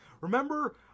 Remember